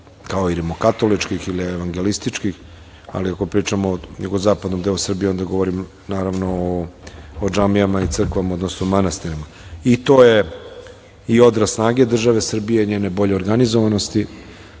kao i rimokatoličkih ili evangelističkih, ali ako pričamo o jugozapadnom delu Srbije, onda govorim naravno o džamijama i crkvama, odnosno manastirima i to je odraz snage države Srbije i njene bolje organizovanosti,